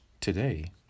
Today